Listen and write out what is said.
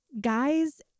guys